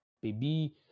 baby